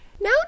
Now